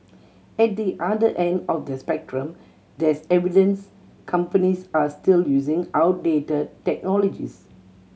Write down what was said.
at the other end of the spectrum there's evidence companies are still using outdated technologies